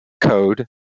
code